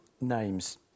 names